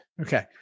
Okay